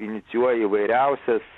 inicijuoja įvairiausias